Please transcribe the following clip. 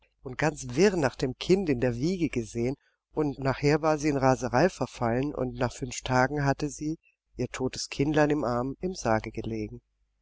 und ganz wirr nach dem kind in der wiege gesehen und nachher war sie in raserei verfallen und nach fünf tagen hatte sie ihr totes kindlein im arm im sarge gelegen